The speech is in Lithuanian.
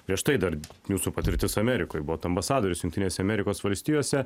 prieš tai dar jūsų patirtis amerikoj buvot ambasadorius jungtinėse amerikos valstijose